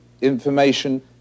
information